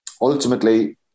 Ultimately